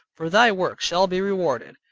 for thy work shall be rewarded,